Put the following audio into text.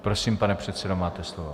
Prosím, pane předsedo, máte slovo.